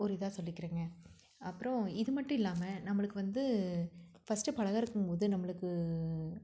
ஒரு இதாக சொல்லிக்கிறேங்க அப்பறம் இது மட்டும் இல்லாமல் நம்மளுக்கு வந்து ஃபர்ஸ்ட்டு பழகறக்கும் போது நம்மளுக்கு